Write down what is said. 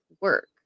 work